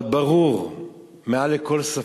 אבל ברור מעל לכל ספק,